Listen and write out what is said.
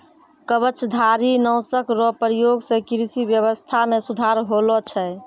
कवचधारी नाशक रो प्रयोग से कृषि व्यबस्था मे सुधार होलो छै